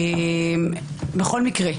בכל מקרה,